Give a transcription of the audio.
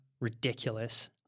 ridiculous